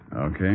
Okay